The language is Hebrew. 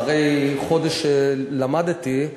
אחרי חודש שלמדתי,